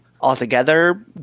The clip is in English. altogether